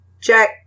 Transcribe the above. Check